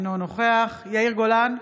אינו נוכח יאיר גולן,